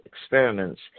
experiments